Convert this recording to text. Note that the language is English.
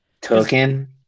Token